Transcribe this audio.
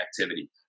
activity